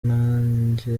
nanjye